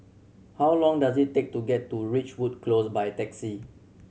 how long does it take to get to Ridgewood Close by taxi